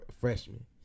Freshman